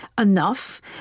enough